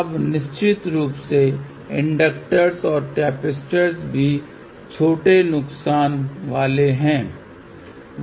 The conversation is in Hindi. अब निश्चित रूप से इंडिकेटर्स और कैपेसिटर भी छोटे नुकसान हैं